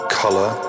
color